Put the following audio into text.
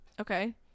Okay